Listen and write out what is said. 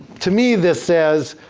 to me this says,